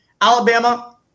Alabama